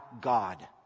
God